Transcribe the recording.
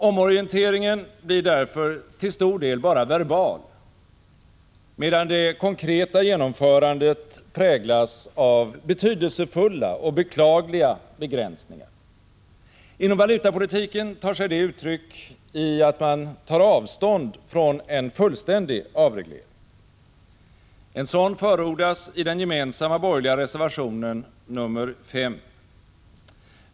Omorienteringen blir därför till stor del bara verbal, medan det konkreta genomförandet präglas av betydelsefulla och beklagliga begränsningar. Inom valutapolitiken tar det sig uttryck i att man tar avstånd från en fullständig avreglering. En sådan förordas i den gemensamma borgerliga reservationen nr 5.